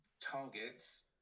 targets